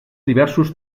diversos